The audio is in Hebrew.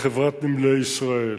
לחברת "נמלי ישראל".